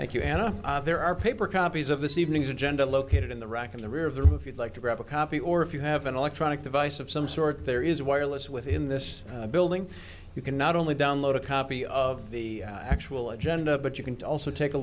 thank you and i know there are paper copies of this evening's agenda located in the rack in the rear of the if you'd like to grab a copy or if you have an electronic device of some sort there is wireless within this building you can not only download a copy of the actual agenda but you can also take a